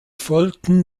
folgten